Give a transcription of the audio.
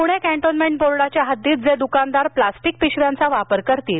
Pune cantonment बोर्डाच्या हद्दीत जे दुकानदार प्लॅस्टीक पिशव्यांचा वापर करतील